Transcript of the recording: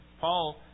Paul